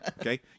Okay